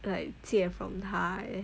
like 借 from 他 eh